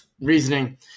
reasoning